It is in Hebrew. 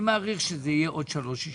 מעריך שזה יהיה עוד שלוש ישיבות.